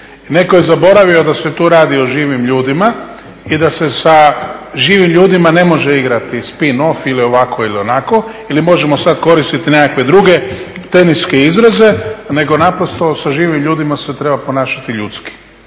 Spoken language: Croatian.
Neko je zaboravio da se tu radi o živim ljudima i da se sa živim ljudima ne može igrati spin off, ili ovako ili onako, ili možemo sad koristiti nekakve druge teniske izraze, nego naprosto sa živim ljudima se treba ponašati ljudski.